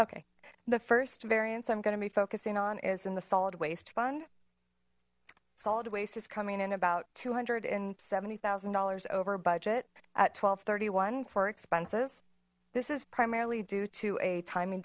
okay the first variance i'm going to be focusing on is in the solid waste fund solid waste is coming in about two hundred and seventy thousand dollars over budget at twelve thirty one for expenses this is primarily due to a ti